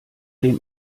dem